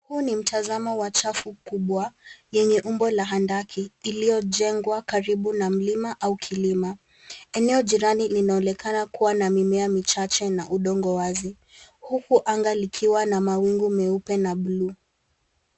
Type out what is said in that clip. Huu ni mtazamo wa chafu kubwa yenye umbo la handaki iliyojengwa karibu na mlima au kilima. Eneo jirani linaonekana kuwa na mimea michache na udongo wazi, huku anga likiwa na mawingu meupe na bluu.